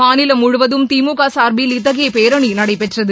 மாநிலம் முழுவதும் திமுக சார்பில் இத்தகைய பேரணி நடைபெற்றது